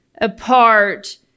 apart